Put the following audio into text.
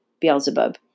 Beelzebub